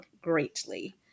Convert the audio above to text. greatly